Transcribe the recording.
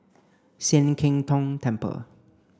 Sian Keng Tong Temple